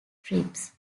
trips